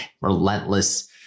relentless